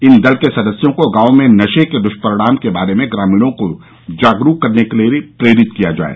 इन दल के सदस्यों को गांव में नशे के दुष्परिणामों के बारे में ग्रामीणों को जागरूक करने के लिये प्रेरित किया जाये